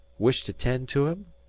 wish to tend to him?